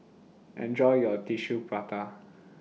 Enjoy your Tissue Prata